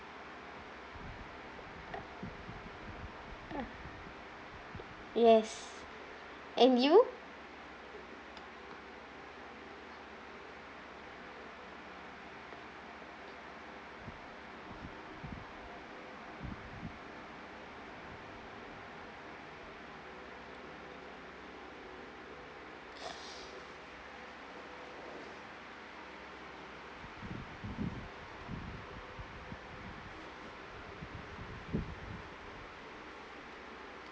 yes and you